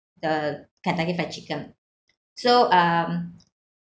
the kentucky fried chicken so um